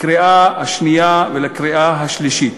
לקריאה השנייה ולקריאה השלישית.